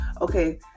okay